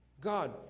God